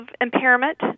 impairment